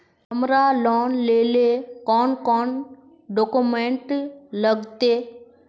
हमरा लोन लेले कौन कौन डॉक्यूमेंट लगते?